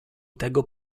tego